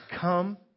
come